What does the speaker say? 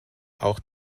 auch